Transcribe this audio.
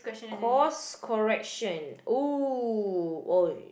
course correction !woo! !oi!